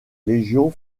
légion